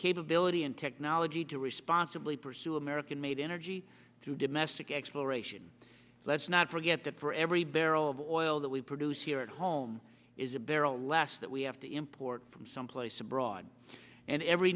capability and technology to responsibly pursue american made energy through domestic exploration let's not forget that for every barrel of oil that we produce here at home is a barrel less that we have to import from someplace abroad and every